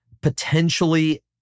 Potentially